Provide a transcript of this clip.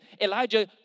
Elijah